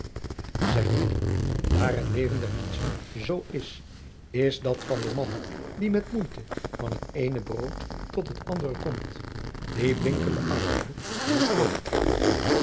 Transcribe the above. zeg mij nu daar het leven der meesten zoo is is dat van den man die met moeite van het eene brood tot het ander komt die blinkende armoede niet voor te trekken